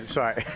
sorry